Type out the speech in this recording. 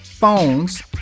Phones